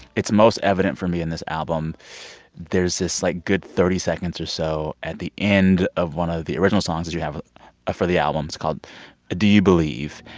it's most evident for me in this album there's this, like, good thirty seconds or so at the end of one of the original songs that you have for the album. it's called do you believe.